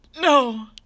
No